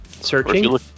Searching